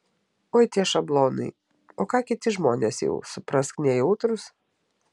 oi tie šablonai o ką kiti žmonės jau suprask nejautrūs